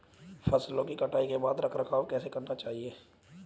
फसलों की कटाई के बाद रख रखाव कैसे करना चाहिये?